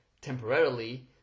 temporarily